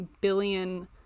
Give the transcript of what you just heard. billion